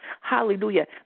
hallelujah